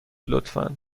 لطفا